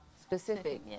specific